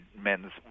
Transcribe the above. men's